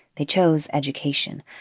they chose education.